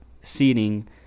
seating